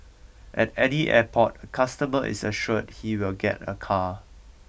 at any airport a customer is assured he will get a car